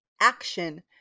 action